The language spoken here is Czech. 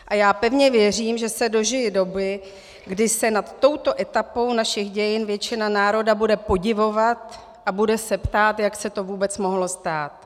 A já pevně věřím, že se dožiji doby, kdy se nad touto etapou našich dějin většina národa bude podivovat a bude se ptát, jak se to vůbec mohlo stát.